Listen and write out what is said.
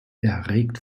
erregt